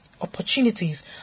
opportunities